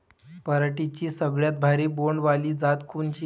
पराटीची सगळ्यात भारी बोंड वाली जात कोनची?